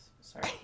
Sorry